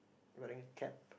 wearing a cap